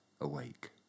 awake